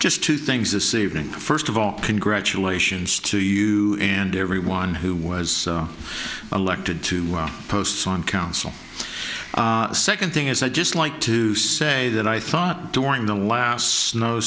just two things this evening first of all congratulations to you and everyone who was elected to our posts on council second thing is i'd just like to say that i thought during the last snow